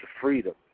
freedom